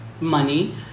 money